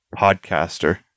podcaster